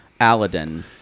Aladdin